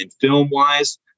film-wise